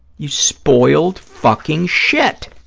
you spoiled fucking shit.